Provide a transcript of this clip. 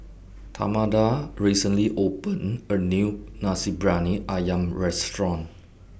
Tamatha recently opened A New Nasi Briyani Ayam Restaurant